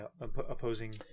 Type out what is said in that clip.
opposing